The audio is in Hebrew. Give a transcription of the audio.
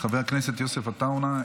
חבר הכנסת יוסף עטאונה,